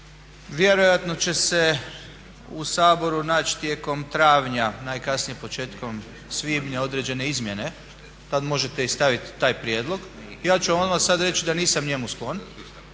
Vjerojatno će se u saboru naći tijekom travnja, najkasnije početkom svibnja određene izmjene, tad možete i stavit taj prijedlog. Ja ću vam odmah sad reći da nisam njemu sklon,